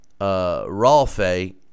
Ralfe